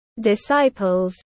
disciples